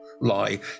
lie